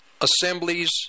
assemblies